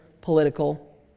political